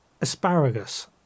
asparagus